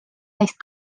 neist